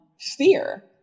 fear